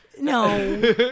No